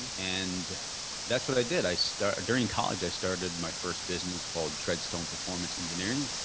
and that's what i did. i started during college. i started my first business called treadstone performance engineering.